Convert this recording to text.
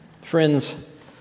Friends